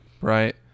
right